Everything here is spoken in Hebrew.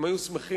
הם היו שמחים